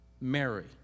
Mary